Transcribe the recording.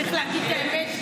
צריך להגיד את האמת,